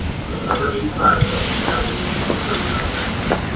so number eighty five tells us that would be story county, i believe.